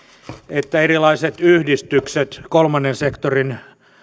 että erilaiset yhdistykset kolmannen sektorin